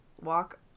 walk